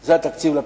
זה תקציב הפריפריה.